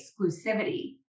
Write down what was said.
exclusivity